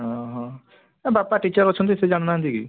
ଓହୋ ଆଉ ବାପା ଟିଚର୍ ଅଛନ୍ତି ସେ ଜାଣି ନାହାନ୍ତି କି